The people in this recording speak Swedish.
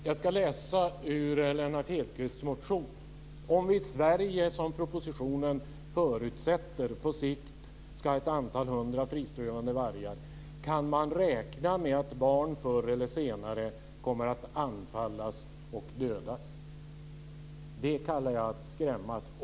Fru talman! Jag ska läsa ur Lennart Hedquists motion: "Om vi i Sverige som propositionen förutsätter på sikt skall ha ett antal hundra friströvande vargar kan man räkna med att barn förr eller senare kommer att anfallas och dödas." Det kallar jag att skrämmas.